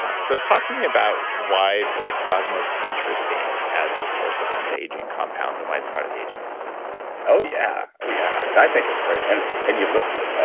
ah so, talk to me about why blood plasma is interesting as a source of anti-aging compounds and why it's part of the aging process oh, yeah. oh, yeah. i think it's great, and and you listen,